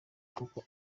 kuko